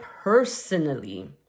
personally